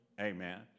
Amen